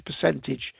percentage